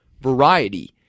variety